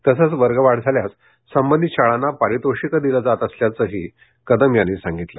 तसेच वर्गवाढ झाल्यास संबंधित शाळांना पारितोषिके दिले जात असल्याचंही कदम यांनी सांगितलं